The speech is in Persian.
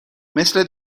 مثل